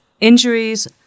injuries